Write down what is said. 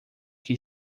que